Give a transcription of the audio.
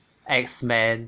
x-men